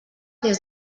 des